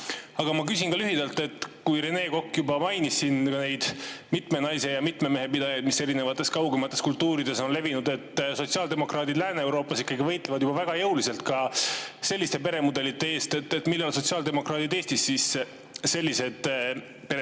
Aga ma küsin lühidalt. Rene Kokk juba mainis mitmenaise- ja mitmemehepidajaid, mis erinevates kaugemates kultuurides on levinud. Sotsiaaldemokraadid Lääne-Euroopas ikkagi võitlevad väga jõuliselt ka selliste peremudelite eest. Millal sotsiaaldemokraadid Eestis sellised pered